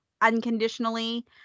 unconditionally